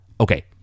Okay